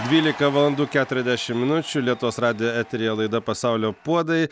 dvylika valandų keturiasdešimt minučių lietuvos radijo eteryje laida pasaulio puodai